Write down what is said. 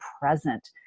present